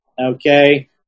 Okay